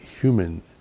human